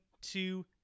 Two